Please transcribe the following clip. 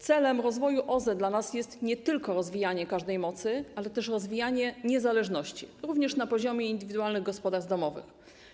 Celem rozwoju OZE dla nas jest nie tylko rozwijanie każdej mocy, ale też rozwijanie niezależności również na poziomie indywidualnych gospodarstw domowych.